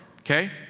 Okay